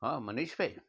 हा मनीष भाई